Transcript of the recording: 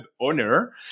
owner